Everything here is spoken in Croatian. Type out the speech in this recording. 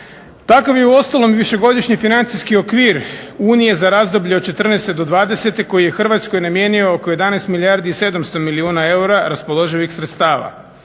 Takav je uostalom i višegodišnji financijski okvir Unije za razdoblje od '14.-te do '20.-te koji je Hrvatskoj namijenio oko 11 milijardi i 700 milijuna eura raspoloživih sredstava.